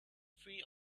free